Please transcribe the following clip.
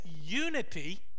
unity